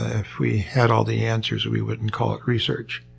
if we had all the answers, we wouldn't call it research.